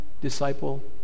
disciple